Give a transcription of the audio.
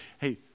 hey